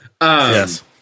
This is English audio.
Yes